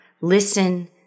Listen